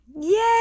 yay